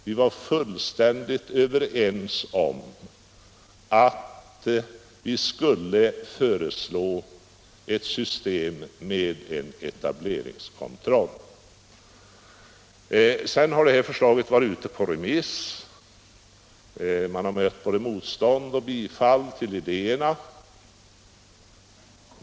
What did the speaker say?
Vi var fullständigt överens om att vi skulle föreslå ett system med etableringskontroll. Därefter har förslaget varit ute på remiss. Idéerna i det har mött både motstånd och bifall.